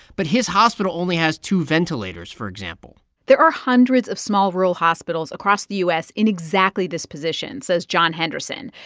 but his hospital only has two ventilators, for example there are hundreds of small rural hospitals across the u s. in exactly this position, says john henderson.